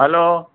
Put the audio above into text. hello